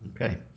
Okay